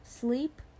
sleep